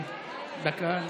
קיש,